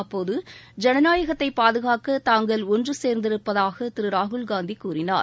அப்போது ஜனநாயகத்தை பாதுகாக்க தாங்கள் ஒன்று சேர்ந்திருப்பதாக திரு ராகுல் காந்தி கூறினார்